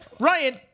Ryan